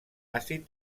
àcid